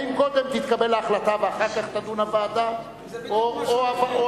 האם קודם תתקבל ההחלטה ואחר כך תדון הוועדה זה בדיוק מה שצריך להיות.